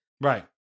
right